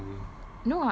ya